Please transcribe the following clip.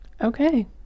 Okay